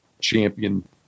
champion